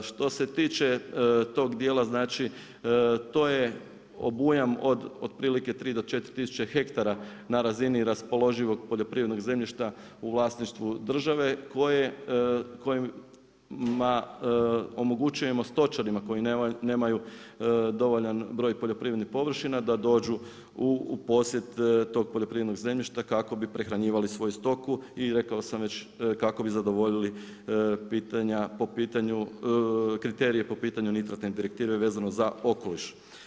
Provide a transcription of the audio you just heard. Što se tiče tog djela znači, to je obujam od otprilike 3-4 tisuće hektara na razni raspoloživog poljoprivrednog zemljišta u vlasništvu države kojima omogućujemo stočarima koji nemaju dovoljan broj poljoprivrednih površina da dođu u posjed tog poljoprivrednog zemljišta kako bi prehranjivali svoju stoku i rekao sam već kako bi zadovoljili kriterije po pitanju Nitratne direktive vezano za okoliš.